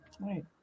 Right